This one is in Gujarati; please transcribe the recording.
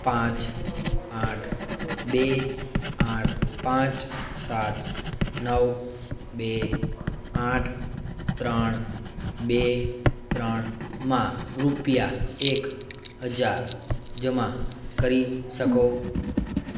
પાંચ આઠ બે આઠ પાંચ સાત નવ બે આઠ ત્રણ બે ત્રણમાં રુપિયા એક હજાર જમા કરી શકો